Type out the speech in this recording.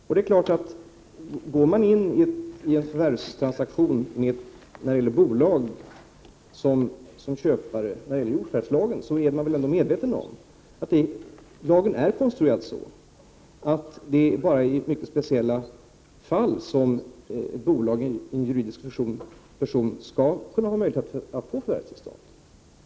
Om man går in i en transaktion som faller under jordförvärvslagen där ett bolag är köpare, är man väl medveten om att lagen är konstruerad så att bolag, en juridisk person, bara i mycket speciella fall skall ha möjlighet att få förvärvstillstånd.